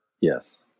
Yes